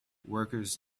workers